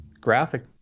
graphic